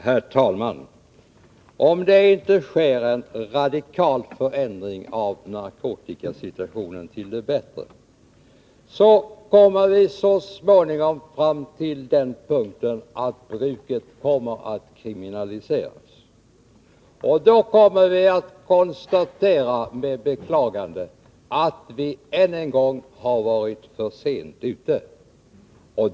Herr talman! Om det inte sker en radikal förändring av narkotikasituationen till det bättre, kommer vi så småningom fram till den punkt då bruket kommer att kriminaliseras. Då kan vi med beklagande konstatera att vi än en gång har varit för sent ute.